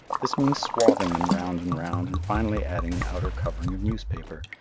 this means swathing them round and round, and finally adding an outer covering of newspaper,